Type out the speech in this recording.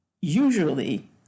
usually